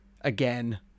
again